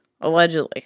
allegedly